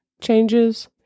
changes